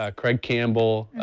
ah craig campbell,